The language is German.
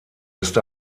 ist